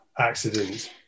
Accident